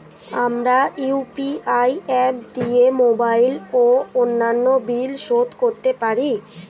আমরা UPI app দিয়ে mobile ও অন্যান্য বিল শোধ করতে পারি